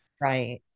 right